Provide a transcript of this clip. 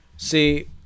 See